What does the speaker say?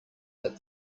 that